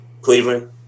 Cleveland